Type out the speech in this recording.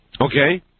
Okay